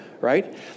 right